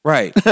Right